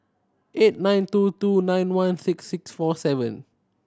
eight nine two two nine one six six four seven